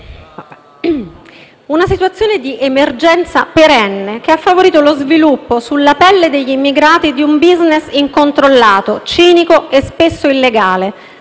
Una situazione di emergenza perenne che ha favorito lo sviluppo sulla pelle degli immigrati di un *business* incontrollato, cinico e spesso illegale,